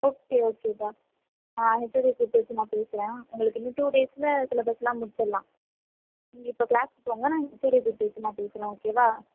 okay ஓகேப்பா ஆ ஹெச்ஓடியை கூப்பிட்டு வச்சி நான் பேசுகிறேன் உங்களுக்கு இன்னும் டூ டேஸில் சிலபஸ்லாம் முடிச்சிடலாம் நீங்கள் இப்போ கிளாஸ்க்கு போங்க நான் ஹெச்ஓடியை கூப்பிட்டு வச்சி நான் பேசுகிறேன் ஓகேவா